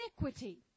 iniquity